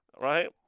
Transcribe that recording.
right